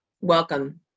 welcome